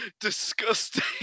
disgusting